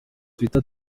twitter